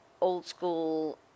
old-school